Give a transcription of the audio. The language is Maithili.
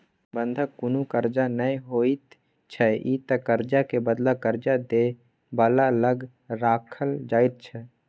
बंधक कुनु कर्जा नै होइत छै ई त कर्जा के बदला कर्जा दे बला लग राखल जाइत छै